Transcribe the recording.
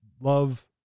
love